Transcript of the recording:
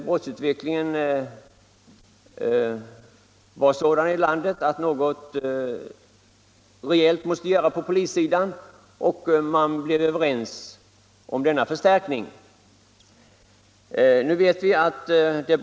Brottsutvecklingen i landet var sådan att något rejält måste göras på polissidan, och man blev överens om en sendet sendet förstärkning.